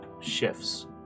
shifts